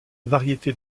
variété